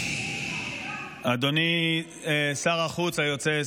אדוני שר החוץ היוצא,